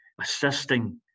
assisting